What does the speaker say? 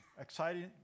exciting